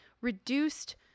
reduced